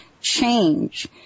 change